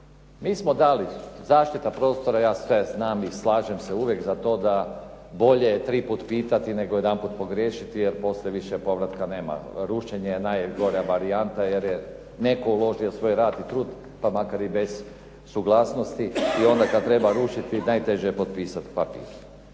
mi smo dali zaštita prostora, ja sve znam i slažem se uvijek za to da bolje je tri puta pitati nego jedanput pogriješiti jer poslije više povratka nema, rušenje je najgora varijanta jer je netko uložio svoj rad i trud pa makar i bez suglasnosti i onda kada treba rušiti najteže je potpisati papir.